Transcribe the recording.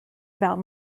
about